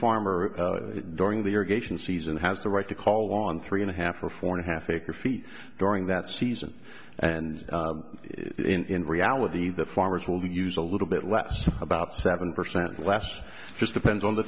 farmer during the irrigation season has the right to call on three and a half or four and a half acre feet during that season and in reality the farmers will use a little bit less about seven percent less just depends on the